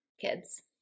kids